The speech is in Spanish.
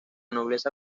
nobleza